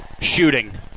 shooting